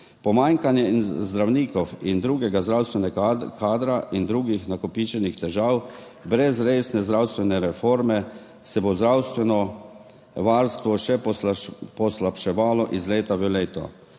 Pomanjkanje zdravnikov in drugega zdravstvenega kadra in drugih nakopičenih težav – brez resne zdravstvene reforme se bo zdravstveno varstvo še poslabševalo iz leta v leto.